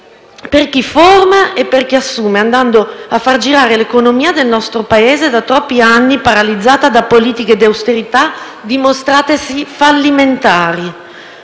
per chi forma e per chi assume, facendo girare l'economia del nostro Paese, da troppi anni paralizzata da politiche di austerità dimostratesi fallimentari.